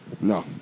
No